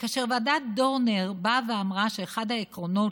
וכאשר ועדת דורנר באה ואמרה שאחד העקרונות